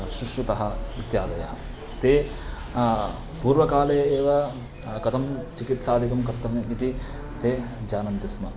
शुश्रुतः इत्यादयः ते पूर्वकाले एव कथं चिकित्सादिकं कर्तव्यम् इति ते जानन्ति स्म